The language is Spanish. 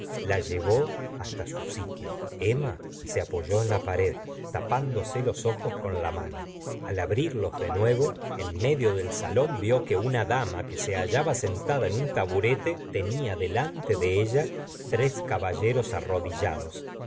la llevó hasta su sitio emma se apoyó en la pared tapándose los ojos con la wano al abrirlos de nuevo en medio del salón vi que una dama que se hallaba sentada en un taburete tenia delante de ella tres caballeros arrodillados